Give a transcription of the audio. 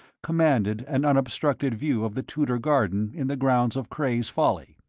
commanded an unobstructed view of the tudor garden in the grounds of cray's folly.